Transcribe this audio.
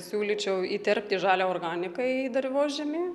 siūlyčiau įterpti žalią organiką į dirvožemį